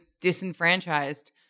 disenfranchised